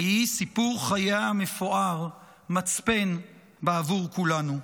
ויהי סיפור חייה המפואר מצפן בעבור כולנו.